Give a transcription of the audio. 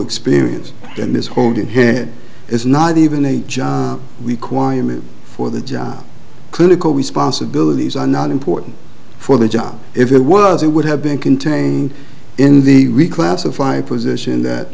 experience in this holding head is not even a job we quiet for the job clinical responsibilities are not important for the job if it was it would have been contained in the reclassified position that